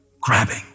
grabbing